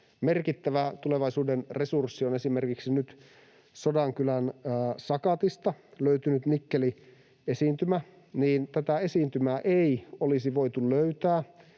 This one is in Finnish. merkittävä tulevaisuuden resurssi on esimerkiksi nyt Sodankylän Sakatista löytynyt nikkeliesiintymä, niin tätä esiintymää ei olisi voitu löytää,